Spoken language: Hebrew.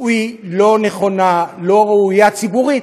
היא לא נכונה, לא ראויה, ציבורית,